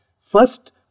First